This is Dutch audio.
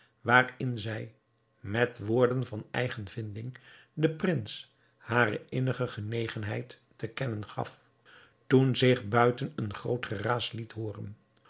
waarin zij met woorden van eigen vinding den prins hare innige genegenheid te kennen gaf toen zich buiten een groot geraas liet hooren